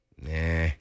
Nah